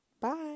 bye